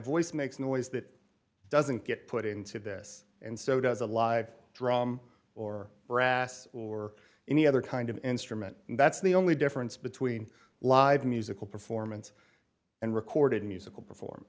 voice makes noise that doesn't get put into this and so does a live drum or brass or any other kind of instrument and that's the only difference between live musical performance and recorded musical perform